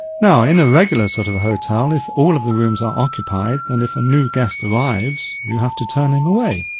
now in a regular sort of hotel, if all of the rooms are occupied, then if a new guest arrives you have to turn him away.